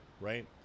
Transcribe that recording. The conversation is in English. right